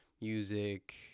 music